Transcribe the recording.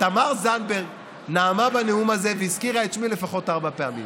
תמר זנדברג נאמה בהפגנה הזאת והזכירה את שמי לפחות ארבע פעמים.